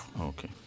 Okay